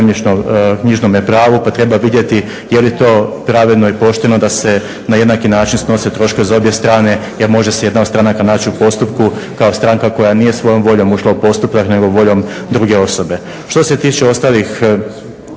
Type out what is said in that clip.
zemljišno-knjižnome pravu pa treba vidjeti je li to pravedno i pošteno da se na jednaki način snose troškovi za obje strane jer može se jedna od stranaka naći u postupku kao stranka koja nije svojom voljom ušla u postupak nego voljom druge osobe. Što se tiče ostalih